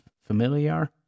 familiar